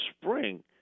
spring